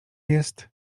jest